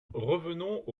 revenons